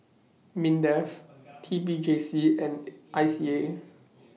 Mindef T P J C and I C A